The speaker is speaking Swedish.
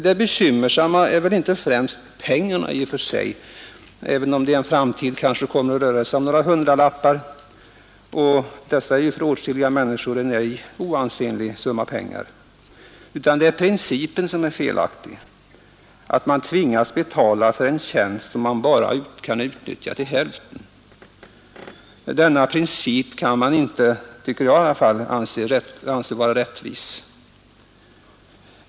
Det bekymmersamma är väl inte främst pengarna — även om det i framtiden kanske kommer att röra sig om några hundralappar, vilket för åtskilliga människor är en inte oansenlig summa — utan det är principen som är felaktig. Man tvingas alltså betala för en tjänst som man bara kan utnyttja till hälften. Denna princip kan inte anses rättvis.